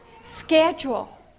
schedule